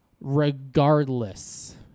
regardless